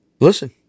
listen